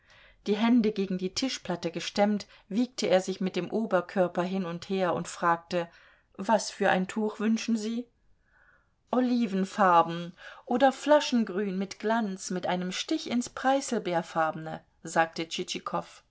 die hände gegen die tischplatte gestemmt wiegte er sich mit dem oberkörper hin und her und fragte was für ein tuch wünschen sie olivenfarben oder flaschengrün mit glanz mit einem stich ins preißelbeerfarbene sagte